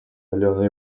алена